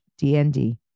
dnd